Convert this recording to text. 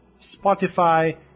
Spotify